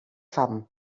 fam